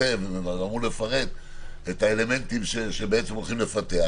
שכותב ואמור לפרט את האלמנטים שהולכים לפתח,